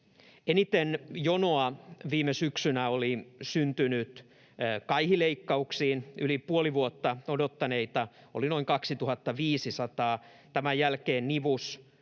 Eniten jonoa viime syksynä oli syntynyt kaihileikkauksiin. Yli puoli vuotta odottaneita oli noin 2 500. Tämän jälkeen nivus-